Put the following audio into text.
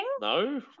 No